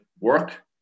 work